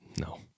No